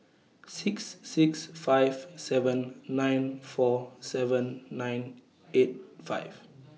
six six five seven nine four seven nine eight five